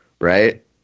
right